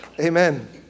Amen